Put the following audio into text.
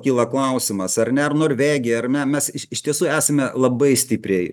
kyla klausimas ar ne ar norvegija ar ne mes iš tiesų esame labai stipriai